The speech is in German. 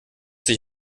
sich